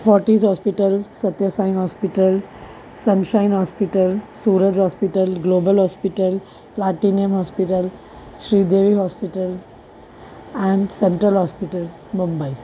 Fortis hospital Satya Sai hospital sunshine hospital Suraj hospital global hospital platinum hospital Sridevi hospital and central hospital Mumbai